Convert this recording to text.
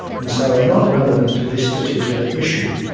and so are not relevant to this particular issue.